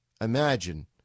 imagine